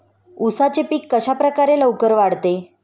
उसाचे पीक कशाप्रकारे लवकर वाढते?